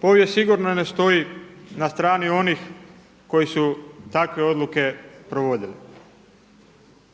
Povijest sigurno ne stoji na strani onih koji su takve odluke provodili.